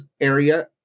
area